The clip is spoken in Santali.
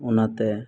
ᱚᱱᱟᱛᱮ